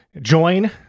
join